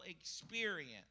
experience